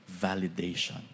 validation